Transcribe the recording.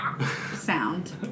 sound